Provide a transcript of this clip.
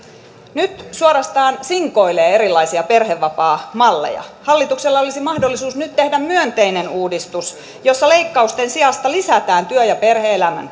nyt suorastaan sinkoilee erilaisia perhevapaamalleja hallituksella olisi mahdollisuus nyt tehdä myönteinen uudistus jossa leikkausten sijasta lisätään työ ja perhe elämän